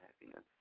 happiness